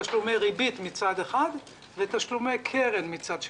תשלומי ריבית מצד אחד ותשלומי קרן מצד שני.